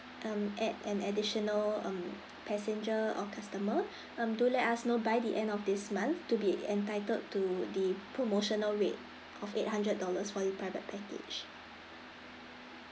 um add an additional um passenger or customer um do let us know by the end of this month to be entitled to the promotional rate of eight hundred dollars for your private package